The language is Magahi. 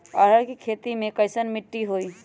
अरहर के खेती मे कैसन मिट्टी होइ?